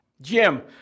Jim